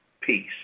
peace